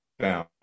down